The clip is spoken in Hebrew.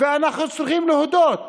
ואנחנו צריכים להודות